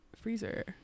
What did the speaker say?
freezer